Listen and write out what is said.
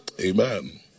Amen